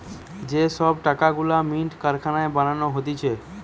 যে সব টাকা গুলা মিন্ট কারখানায় বানানো হতিছে